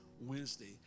Wednesday